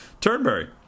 Turnberry